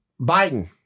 Biden